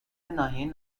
ناحیه